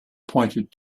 pointed